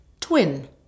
twin